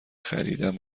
خریدم